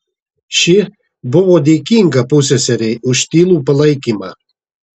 ši buvo dėkinga pusseserei už tylų palaikymą